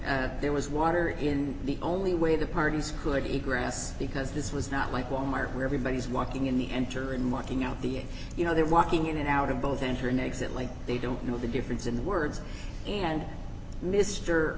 that there was water in the only way the parties could eat grass because this was not like wal mart where everybody's walking in the enter and marking out the you know they're walking in and out of both internet exactly they don't know the difference in the words and mr